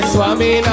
Swami